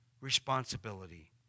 responsibility